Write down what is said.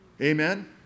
Amen